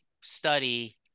study